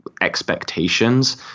expectations